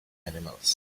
animals